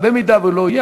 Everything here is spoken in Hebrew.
אם הוא לא יהיה,